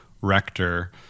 rector